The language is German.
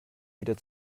wieder